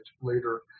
later